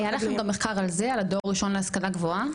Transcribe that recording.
היה לכם גם מחקר על דור ראשון להשכלה גבוה?